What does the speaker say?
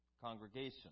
congregation